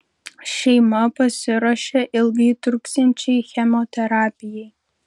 šeima pasiruošė ilgai truksiančiai chemoterapijai